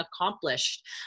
accomplished